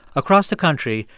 across the country,